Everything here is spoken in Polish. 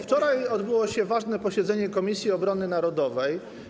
Wczoraj odbyło się ważne posiedzenie Komisji Obrony Narodowej.